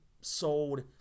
sold